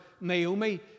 Naomi